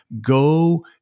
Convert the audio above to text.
Go